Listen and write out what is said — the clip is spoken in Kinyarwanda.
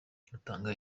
rutanga